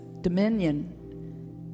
dominion